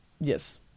Yes